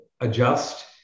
adjust